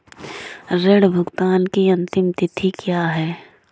ऋण भुगतान की अंतिम तिथि क्या है?